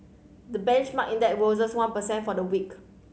the benchmark index rose one per cent for the week